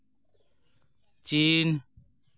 China